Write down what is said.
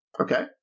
Okay